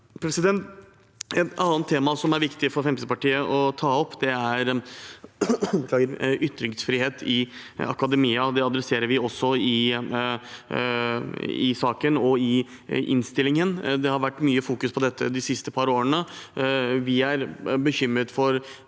Et annet tema som er viktig for Fremskrittspartiet å ta opp, er ytringsfrihet i akademia. Det tar vi også for oss i saken og i innstillingen. Det har vært fokusert mye på dette de siste par årene. Vi er bekymret for